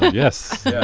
yes.